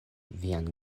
vian